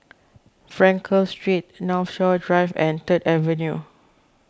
Frankel Street Northshore Drive and Third Avenue